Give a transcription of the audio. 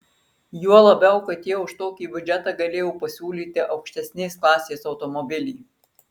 juo labiau kad jie už tokį biudžetą galėjo pasiūlyti aukštesnės klasės automobilį